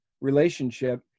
relationship